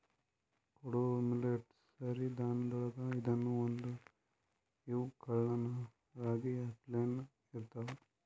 ಕೊಡೊ ಮಿಲ್ಲೆಟ್ ಸಿರಿ ಧಾನ್ಯಗೊಳ್ದಾಗ್ ಇದೂನು ಒಂದು, ಇವ್ ಕಾಳನೂ ರಾಗಿ ಅಪ್ಲೇನೇ ಇರ್ತಾವ